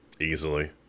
easily